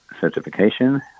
certification